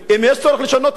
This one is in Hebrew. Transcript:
אם יש צורך לשנות תכנון,